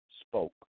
spoke